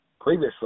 Previously